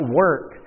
work